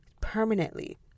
permanently